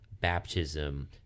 baptism